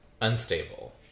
unstable